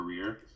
career